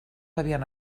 havien